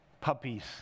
puppies